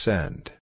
Send